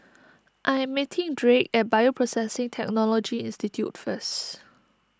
I am meeting Drake at Bioprocessing Technology Institute first